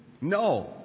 no